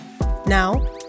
Now